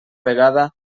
vegada